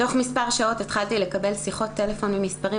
תוך מספר שעות התחלתי לקבל שיחות טלפון ממספרים